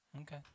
Okay